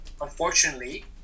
unfortunately